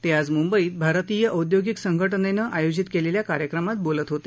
ते आज मुंबईत भारतीय औद्योगिक संघाजेनं आयोजित केलेल्या कार्यक्रमात बोलत होते